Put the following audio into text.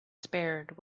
spared